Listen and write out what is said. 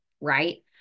right